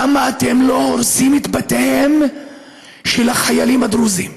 למה אתם לא הורסים את בתיהם של החיילים הדרוזים?